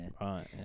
Right